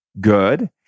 good